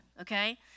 okay